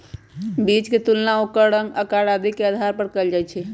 बीज के तुलना ओकर रंग, आकार आदि के आधार पर कएल जाई छई